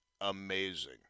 amazing